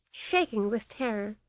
shaking with terror,